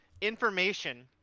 information